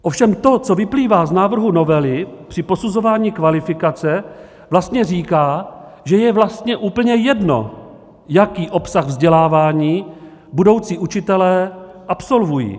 Ovšem to, co vyplývá z návrhu novely, při posuzování kvalifikace vlastně říká, že je vlastně úplně jedno, jaký obsah vzdělávání budoucí učitelé absolvují.